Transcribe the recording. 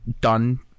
done